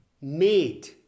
made